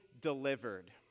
delivered